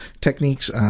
techniques